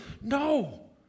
No